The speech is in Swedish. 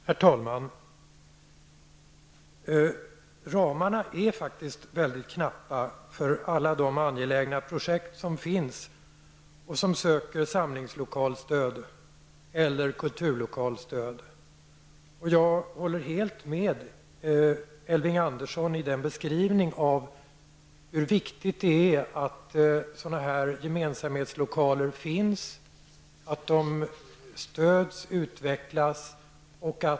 Herr talman! Ramarna är faktiskt väldigt knappa för alla de angelägna progjekt som finns och som söker samlingslokalstöd eller kulturlokalstöd. Jag håller helt med Elving Andersson, när han beskriver hur viktigt det är att det finns gemensamhetslokaler och att det ges stöd till dessa.